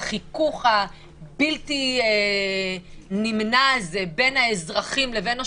החיכוך הבלתי נמנע הזה בין האזרחים לבין השוטרים,